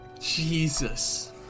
Jesus